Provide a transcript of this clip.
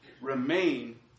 remain